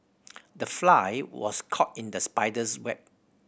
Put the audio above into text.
the fly was caught in the spider's web